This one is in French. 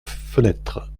fenêtre